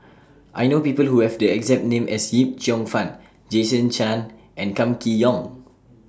I know People Who Have The exact name as Yip Cheong Fun Jason Chan and Kam Kee Yong